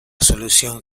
solución